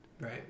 Right